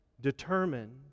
determined